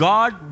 God